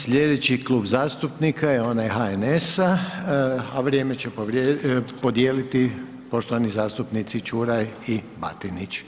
Sljedeći klub zastupnika je onaj HNS-a, a vrijeme će podijeliti poštovani zastupnici Čuraj i Batinić.